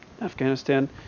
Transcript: Afghanistan